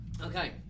Okay